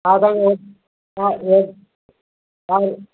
हा तव्हांखे हा ह हा